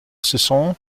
saison